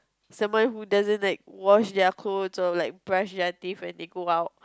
someone who doesn't like wash their clothes or like brush their teeth when they go out